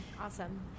Awesome